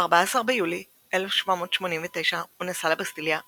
ב-14 ביולי 1789 הוא נסע לבסטיליה בעצמו.